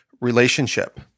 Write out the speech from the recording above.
relationship